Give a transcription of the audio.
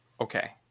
Okay